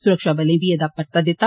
सुरक्षाबलें बी ऐहदा परता दिता